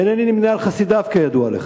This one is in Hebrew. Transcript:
ואינני נמנה עם חסידיו, כידוע לך,